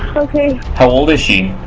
okay how old is she?